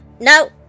no